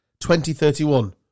2031